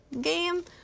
game